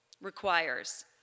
requires